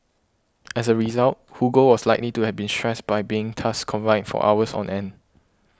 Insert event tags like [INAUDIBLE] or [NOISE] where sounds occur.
as a result Hugo was likely to have been stressed by being [UNINTELLIGIBLE] confined for hours on end